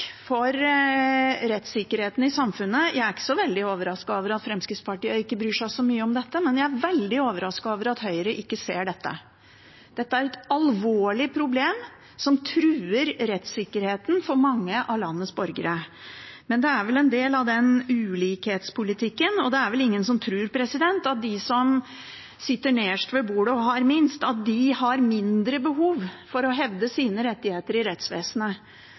for rettssikkerheten i samfunnet. Jeg er ikke så veldig overrasket over at Fremskrittspartiet ikke bryr seg så mye om dette, men jeg er veldig overrasket over at Høyre ikke ser det. Dette er et alvorlig problem som truer rettssikkerheten for mange av landets borgere, men det er vel en del av ulikhetspolitikken. Det er vel ingen som tror at de som sitter nederst ved bordet og har minst, har mindre behov for å hevde sine rettigheter i rettsvesenet